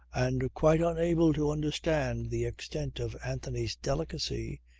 and quite unable to understand the extent of anthony's delicacy,